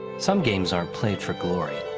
some games aren't played for glory.